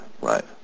right